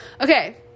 okay